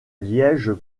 liège